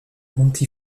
monti